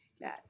yes